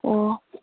ꯑꯣ